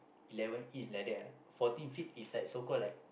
eleven inch like that ah fourteen feet is like so call like